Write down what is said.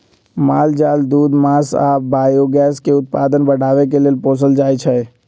माल जाल दूध मास आ बायोगैस के उत्पादन बढ़ाबे लेल पोसल जाइ छै